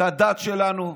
את הדת שלנו,